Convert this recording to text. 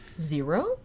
zero